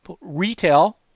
retail